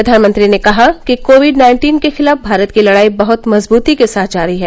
प्रधानमंत्री ने कहा कि कोविड नाइन्टीन के खिलाफ भारत की लड़ाई बहुत मजबूती के साथ जारी है